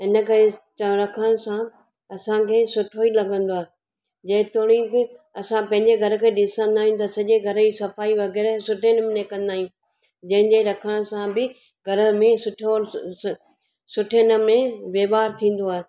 इन करे च रखण सां असांखे सुठो ई लॻंदो आहे जेतोणिक असां पंहिंजे घर खे ॾिसंदा आहियूं त सॼे घर जी सफ़ाई वग़ैरह सुठे नमूने कंदा आहियूं जंहिंजे रखण सां बि घर में सुठो सुठे इनमें व्यवहारु थींदो आहे